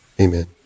Amen